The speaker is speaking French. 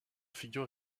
figures